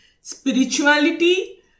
spirituality